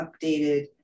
updated